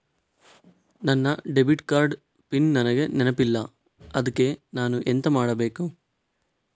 ನನ್ನ debit card ನ PIN ನನಗೆ ನೆನಪಿಲ್ಲ ಅದ್ಕೆ ನಾನು ಎಂತ ಮಾಡಬೇಕು?